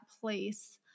place